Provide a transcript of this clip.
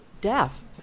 deaf